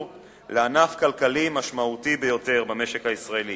לענף כלכלי משמעותי ביותר במשק הישראלי